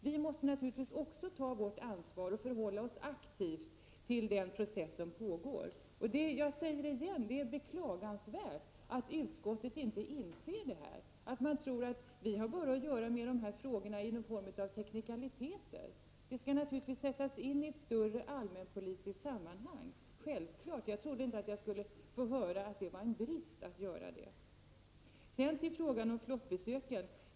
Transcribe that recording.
Vi måste naturligtvis också ta vårt ansvar och förhålla oss aktivt till den process som pågår. Jag säger igen att det är beklagansvärt att utskottet inte inser detta utan tror att vi har att göra med dessa frågor bara i form av teknikaliteter. De skall naturligtvis sättas in i ett större allmänpolitiskt sammanhang. För mig är detta så självklart att jag inte trodde jag skulle få höra att det var en brist att göra det. Sedan till frågan om flottbesöken.